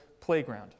playground